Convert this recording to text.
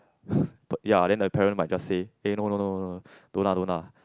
but ya then the parent might just say uh no no no no no don't lah don't lah